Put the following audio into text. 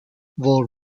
wore